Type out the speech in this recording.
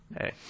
hey